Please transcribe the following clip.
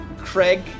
craig